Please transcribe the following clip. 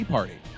Party